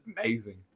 amazing